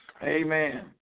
Amen